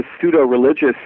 pseudo-religious